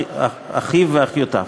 אחיו ואחיותיו.